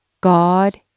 God